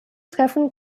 treffen